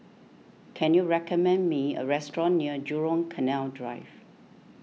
can you recommend me a restaurant near Jurong Canal Drive